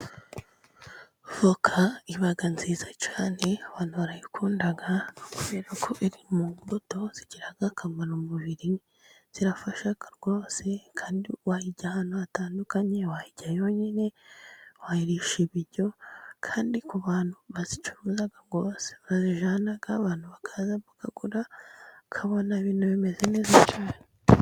Voka iba nziza cyane. Abantu barayikunda kubera ko iri mu mbuto zigirira akamaro umubiri. zirafashaga rwose, kandi wayirya ahantu hatandukanye. Wayirya yonyine, wayirisha ibiryo. Kandi ku bantu bazicuruza ngo bazijyana abantu bakaza bakagura, bakabona ibintu bimeze neza cyane.